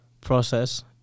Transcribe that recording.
process